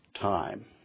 time